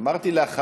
אמרתי: אחריו.